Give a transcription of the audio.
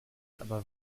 aber